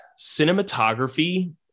cinematography